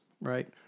right